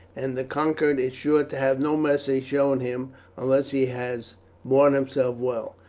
and the conquered is sure to have no mercy shown him unless he has borne himself well.